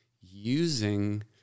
using